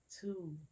two